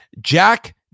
Jack